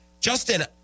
Justin